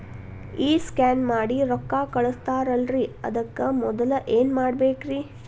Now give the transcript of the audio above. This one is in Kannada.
ಈ ಸ್ಕ್ಯಾನ್ ಮಾಡಿ ರೊಕ್ಕ ಕಳಸ್ತಾರಲ್ರಿ ಅದಕ್ಕೆ ಮೊದಲ ಏನ್ ಮಾಡ್ಬೇಕ್ರಿ?